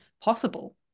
possible